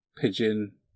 pigeon